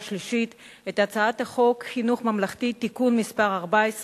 שלישית את הצעת חוק חינוך ממלכתי (תיקון מס' 14),